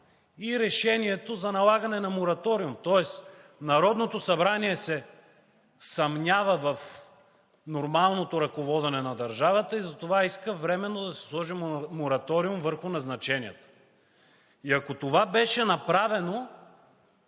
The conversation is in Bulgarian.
и решението за налагане на мораториум, тоест Народното събрание се съмнява в нормалното ръководене на държавата и затова иска временно да се сложи мораториум върху назначенията. И ако това беше направено,